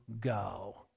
go